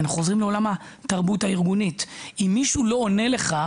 אנחנו חוזרים לעולם התרבות הארגונית - אם מישהו לא עונה לך,